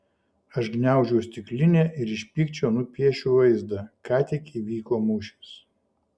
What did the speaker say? aš gniaužau stiklinę ir iš pykčio nupiešiu vaizdą ką tik įvyko mūšis